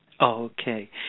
Okay